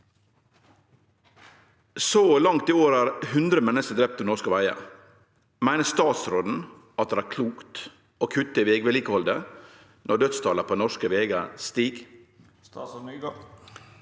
Så langt i år er 100 menneske drepne på norske vegar. Meiner statsråden at det er klokt å kutte i vegvedlikehaldet når dødstala på norske vegar stig?»